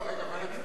לא, לא.